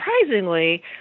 surprisingly